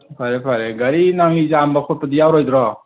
ꯐꯔꯦ ꯐꯔꯦ ꯒꯥꯔꯤ ꯅꯨꯡꯂꯤ ꯆꯥꯝꯕ ꯈꯣꯠꯄꯗꯤ ꯌꯥꯎꯔꯣꯏꯗ꯭ꯔꯣ